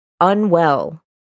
unwell